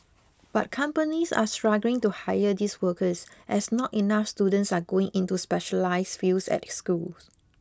but companies are struggling to hire these workers as not enough students are going into specialised fields at school